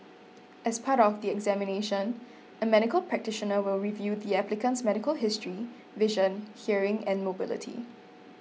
as part of the examination a medical practitioner will review the applicant's medical history vision hearing and mobility